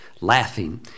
laughing